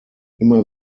immer